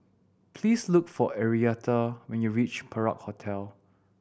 please look for Arietta when you reach Perak Hotel